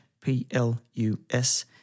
P-L-U-S